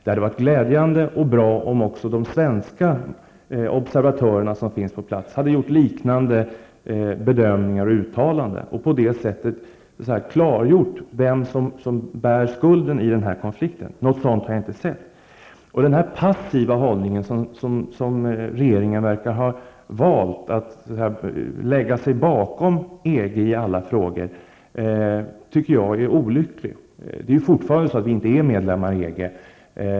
Det hade varit glädjande och bra om även de svenska observatörerna som finns på plats hade gjort liknande bedömningar och uttalanden och på det sättet klargjort vem som bär skulden i konflikten. Något sådant har inte skett. Denna passiva hållning, som regeringen verkar ha valt, att lägga sig bakom EG i alla frågor, tycker jag är olycklig. Vi är fortfarande inte medlemmar i EG.